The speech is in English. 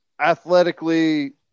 athletically